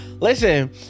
Listen